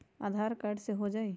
आधार card से हो जाइ?